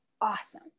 Awesome